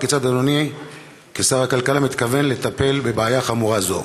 וכיצד אדוני כשר הכלכלה מתכוון לטפל בבעיה חמורה זו?